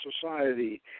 society